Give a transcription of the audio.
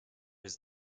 his